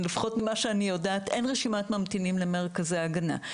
לפחות ממה שאני יודעת אין רשימת ממתינים למרכזי ההגנה.